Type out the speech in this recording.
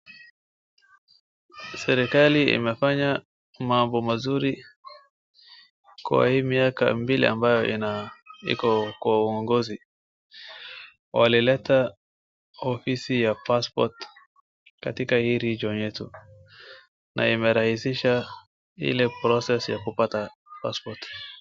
Serekali imefanya mambo mazuri kwa hii miaka mbili ambayo iko kwa uongozi. Walileta ofisi ya passport katika hii region yetu na imerahisisha ile process ya kupata passport .